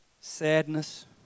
sadness